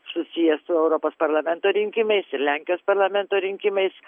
susiję su europos parlamento rinkimais ir lenkijos parlamento rinkimais